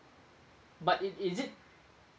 but it is it